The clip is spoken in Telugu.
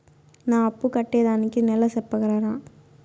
నా అప్పు కట్టేదానికి నెల సెప్పగలరా?